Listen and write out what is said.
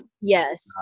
Yes